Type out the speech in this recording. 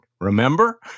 remember